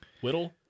whittle